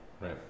right